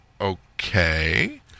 Okay